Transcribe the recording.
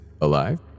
alive